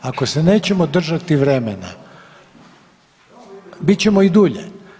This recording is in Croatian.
Ako se nećemo držati vremena bit ćemo i dulje.